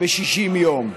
ב-60 יום.